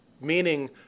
meaning